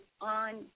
on